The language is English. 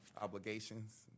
obligations